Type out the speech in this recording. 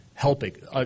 helping